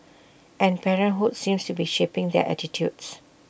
and parenthood seems to be shaping their attitudes